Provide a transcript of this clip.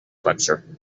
lecture